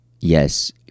yes